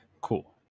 cool